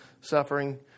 suffering